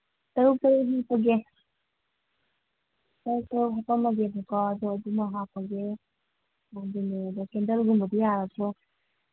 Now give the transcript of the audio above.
ꯇꯔꯨꯛ ꯇꯔꯨꯛ ꯍꯥꯞꯄꯒꯦ truck truck ꯍꯥꯞꯄꯝꯃꯒꯦꯕꯀꯣ ꯑꯗꯣ ꯑꯗꯨꯃ ꯍꯥꯞꯄꯒꯦ ꯑꯗꯨꯅꯦꯕ ꯀꯦꯟꯗꯜꯒꯨꯝꯕꯗꯤ ꯌꯥꯔꯗ꯭ꯔꯣ